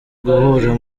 guhura